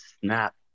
snap